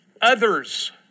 others